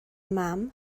mam